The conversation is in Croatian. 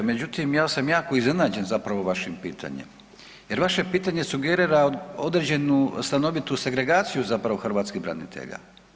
Međutim, ja sam jako iznenađen zapravo vašim pitanjem jer vaše pitanje sugerira određenu stanovitu segregaciju zapravo hrvatskih branitelja.